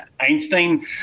Einstein